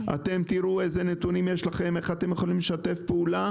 תראו איזה נתונים יש לכם ואיך אתם יכולים לשתף פעולה.